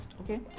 Okay